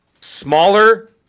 Smaller